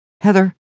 Heather